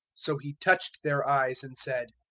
so he touched their eyes and said,